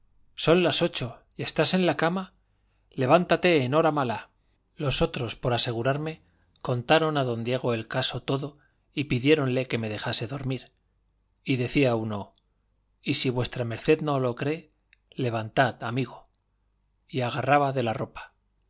son las ocho y estáste en la cama levántate enhoramala los otros por asegurarme contaron a don diego el caso todo y pidiéronle que me dejase dormir y decía uno y si v md no lo cree levantad amigo y agarraba de la ropa